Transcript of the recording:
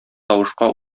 тавышка